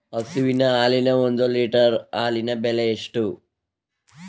ಹಸುವಿನ ಹಾಲಿನ ಒಂದು ಲೀಟರ್ ಹಾಲಿನ ಬೆಲೆ ಎಷ್ಟು?